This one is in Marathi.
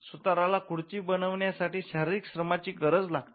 सुताराला खुर्ची बनवण्यासाठी शारीरिक श्रमाची गरज लागते